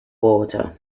water